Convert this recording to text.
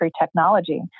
technology